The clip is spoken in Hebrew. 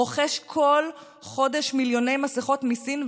רוכש כל חודש מיליוני מסכות מסין,